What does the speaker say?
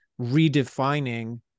redefining